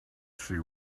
see